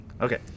okay